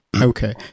Okay